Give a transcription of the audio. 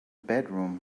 bedroom